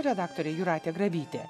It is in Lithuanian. redaktorė jūratė grabytė